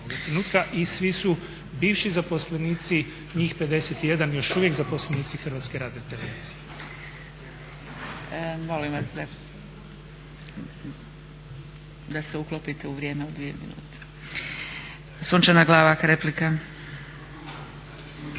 i svi su bivši zaposlenici, njih 51 još uvijek zaposlenici HRT-a. **Zgrebec,